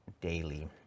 daily